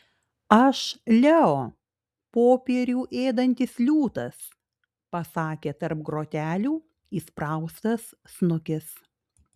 aš leo popierių ėdantis liūtas pasakė tarp grotelių įspraustas snukis